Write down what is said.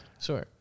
Sure